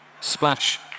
Splash